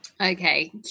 Okay